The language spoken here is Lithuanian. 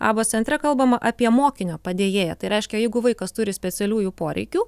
abos centre kalbama apie mokinio padėjėją tai reiškia jeigu vaikas turi specialiųjų poreikių